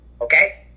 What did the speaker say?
Okay